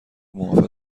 معاف